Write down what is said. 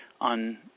on